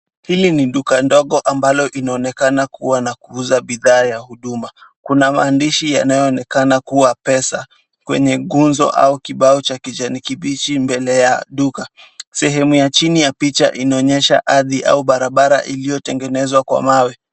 Hili ni duka ndogo ambalo inaonekana kuwa na kuuza bidhaa ya huduma. Kuna maandishi yanayoonekana kuwa pesa kwenye guzo au kibao cha kijani kimbichi mbele ya duka. Sehemu ya chini ya picha inaonyesha ardhi au barabara iliyotengenezwa kwa mawe.